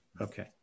Okay